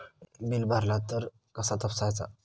Bill भरला तर कसा तपसायचा?